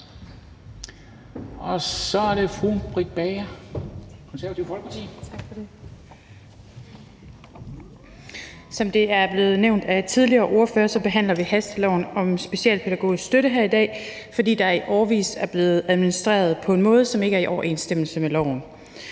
Som det er blevet nævnt af tidligere ordførere, behandler vi hasteloven om specialpædagogisk støtte her i dag, fordi der i årevis er blevet administreret på en måde, som ikke er i overensstemmelse med loven.